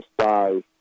size